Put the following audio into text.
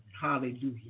Hallelujah